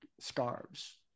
scarves